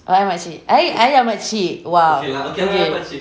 oh I makcik I I yang makcik eh !wah! okay